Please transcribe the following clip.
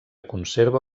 conserva